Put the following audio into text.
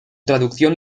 traducción